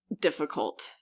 Difficult